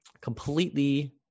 completely